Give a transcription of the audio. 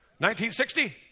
1960